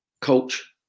Coach